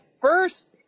first